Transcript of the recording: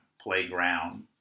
playground